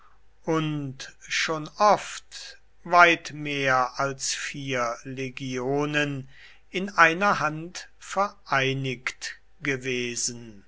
und schon oft weit mehr als vier legionen in einer hand vereinigt gewesen